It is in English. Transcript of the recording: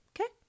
okay